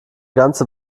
ganze